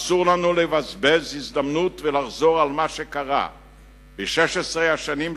אסור לנו לבזבז הזדמנות ולחזור על מה שקרה ב-16 השנים שחלפו,